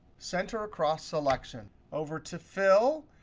center across selection. over to fill,